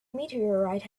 meteorite